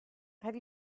have